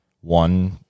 one